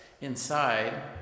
inside